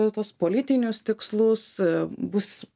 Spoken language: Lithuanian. tuos politinius tikslus bus